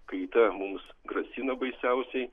kaita mums grasina baisiausiai